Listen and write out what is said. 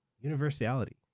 Universality